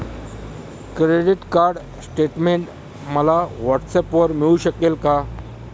Credit card statement मला व्हॉट्सऍपवर मिळू शकेल का?